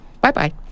Bye-bye